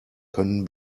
können